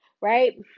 right